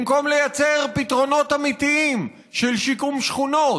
במקום ליצור פתרונות אמיתיים של שיקום שכונות,